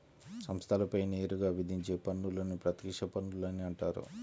సంస్థలపై నేరుగా విధించే పన్నులని ప్రత్యక్ష పన్నులని అంటారు